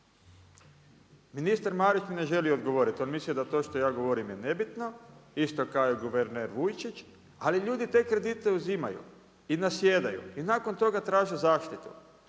Ministar Marić mi ne želi odgovoriti. On misli da to što ja govorim je nebitno i što kaže guverner Vujčić, ali ljudi te kredite uzimaju i nasjedaju. I nakon toga traže zaštitu.